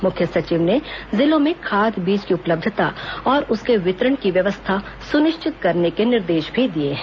मुख्य सचिव ने जिलों में खाद बीज की उपलब्धता और उसके वितरण की व्यवस्था सुनिश्चित करने के निर्देश भी दिए हैं